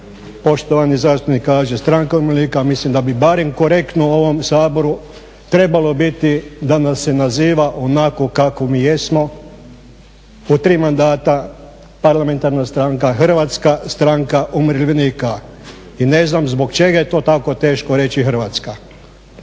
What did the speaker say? poštovani zastupnik kaže stranka umirovljenika. Ja mislim da bi barem korektno u ovom Saboru trebalo biti da nas se naziva onako kako mi jesmo u tri mandata parlamentarna stranka, Hrvatska stranka umirovljenika. I ne znam zbog čega je to tako teško reći hrvatska.